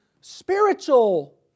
spiritual